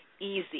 easy